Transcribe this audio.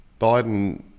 Biden